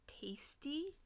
tasty